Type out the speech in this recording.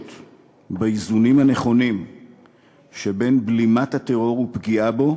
באיזונים הנכונים שבין בלימת הטרור ופגיעה בו